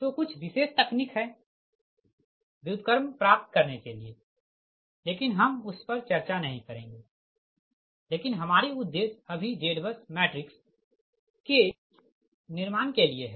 तो कुछ विशेष तकनीक है व्युत्क्रम प्राप्त करने के लिए लेकिन हम उस पर चर्चा नहीं करेंगे लेकिन हमारी उद्देश्य अभी ZBUS मैट्रिक्स के निर्माण के लिए है